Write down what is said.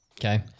Okay